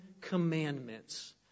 commandments